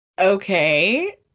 Okay